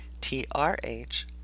TRH